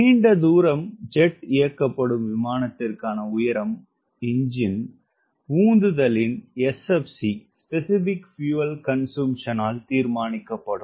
நீண்ட தூர ஜெட் இயக்கப்படும் விமானத்திற்கான உயரம் எஞ்சின் உந்துதலின் SFC ஆல் தீர்மானிக்கப்படும்